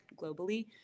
globally